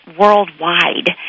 worldwide